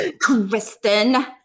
Kristen